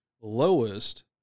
Lowest